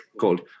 called